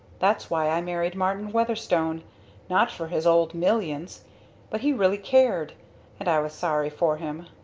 that's why i married martin weatherstone not for his old millions but he really cared and i was sorry for him.